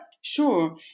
Sure